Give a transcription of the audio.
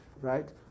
right